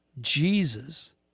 Jesus